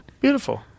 Beautiful